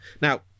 Now